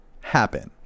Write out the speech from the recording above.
happen